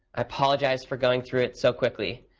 i apologize for going through it so quickly.